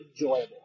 enjoyable